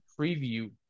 preview